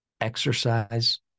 exercise